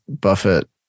Buffett